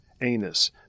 anus